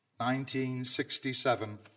1967